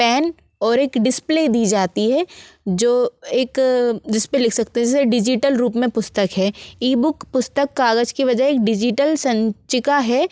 pan और एक display दी जाती है जो एक जिस पर लिख सकते जैसे डिजिटल रूप में पुस्तक है ईबुक पुस्तक कागज़ के बजाय डिजिटल संचिका है